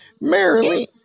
Marilyn